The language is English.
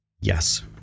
Yes